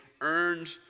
earned